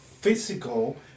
physical